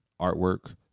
artwork